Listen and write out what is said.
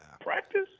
Practice